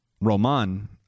Roman